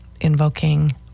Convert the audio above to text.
invoking